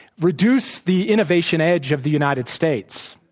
reduce the innovation edge of the united states.